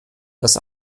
dass